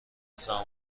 زمان